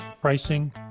pricing